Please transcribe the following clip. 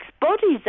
bodies